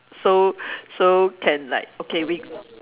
so so can like okay we